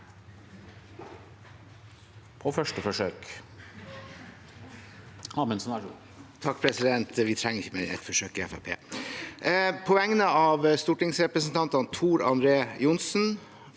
På vegne av stortingsrepresentantene Tor André Johnsen,